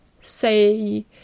say